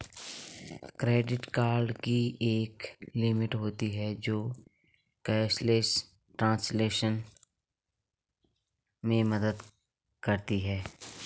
credit card की एक limit होती है जो कैशलेस ट्रांज़ैक्शन में मदद करती है